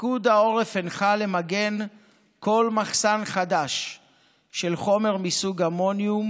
פיקוד העורף הנחה למגן כל מחסן חדש של חומר מסוג אמוניום,